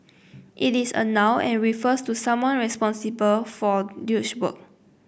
it is a noun and refers to someone responsible for work